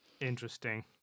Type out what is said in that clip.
Interesting